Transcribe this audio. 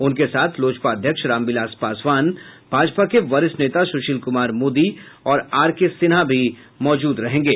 उनके साथ लोजपा अध्यक्ष रामविलास पासवान भाजपा के वरिष्ठ नेता सुशील कुमार मोदी और आरके सिन्हा भी मौजूद रहेंगे